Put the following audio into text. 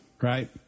right